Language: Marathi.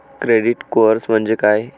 क्रेडिट स्कोअर म्हणजे काय?